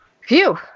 Phew